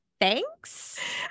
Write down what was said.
Thanks